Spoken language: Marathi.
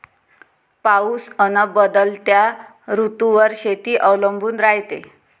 पाऊस अन बदलत्या ऋतूवर शेती अवलंबून रायते